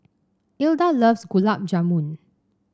Ilda loves Gulab Jamun